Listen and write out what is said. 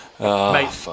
Mate